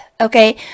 okay